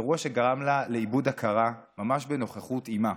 אירוע שגרם לה לאיבוד הכרה ממש, בנוכחות אימה.